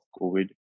COVID